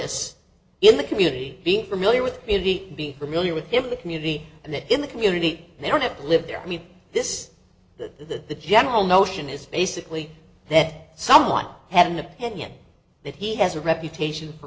this in the community being familiar with really be familiar with the community and that in the community they want to live there i mean this is the general notion is basically that someone had an opinion that he has a reputation for